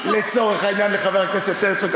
נתן קרדיט לחבר הכנסת הרצוג.